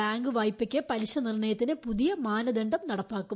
bank വായ്പയ്ക്ക് പലിശ നിർണയത്തിന് പുതിയ മാനദണ്ഡം നടപ്പാക്കും